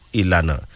ilana